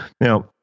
Now